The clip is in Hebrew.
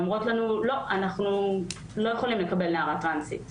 ואומרות שהן לא יכולות לקבל נערה טרנסית.